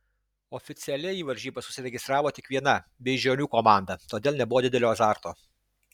oficialiai į varžybas užsiregistravo tik viena beižionių komanda todėl nebuvo didelio azarto